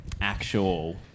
actual